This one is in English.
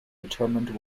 determined